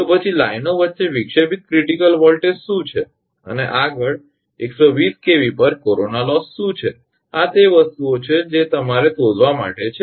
તો પછી લાઇનો વચ્ચે વિક્ષેપિત ક્રિટીકલ વોલ્ટેજ શું છે અને આગળ 120 𝑘𝑉 પર કોરોના લોસ શું છે આ તે વસ્તુઓ છે જે તમારે શોધવા માટે છે